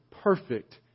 perfect